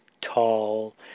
tall